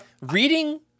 reading